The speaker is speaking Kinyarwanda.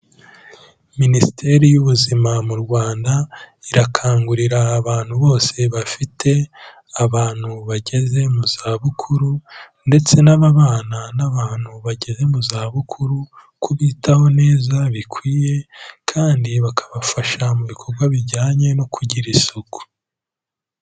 Minisiteri y'Ubuzima mu Rwanda, irakangurira abantu bose bafite abantu bageze mu zabukuru ndetse n'ababana n'abantu bageze mu zabukuru, kubitaho neza bikwiye kandi bakabafasha mu bikorwa bijyanye no kugira isuku.